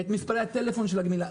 את מספרי הטלפון לגמילה,